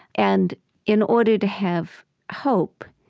and in order to have hope,